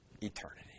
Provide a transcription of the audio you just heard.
eternity